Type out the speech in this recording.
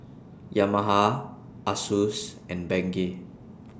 Yamaha Asus and Bengay